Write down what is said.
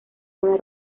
una